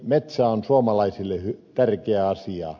metsä on suomalaisille tärkeä asia